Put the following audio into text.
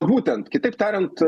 būtent kitaip tariant